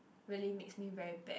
really makes me very bad